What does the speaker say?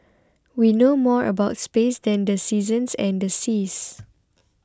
we know more about space than the seasons and the seas